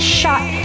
shot